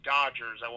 Dodgers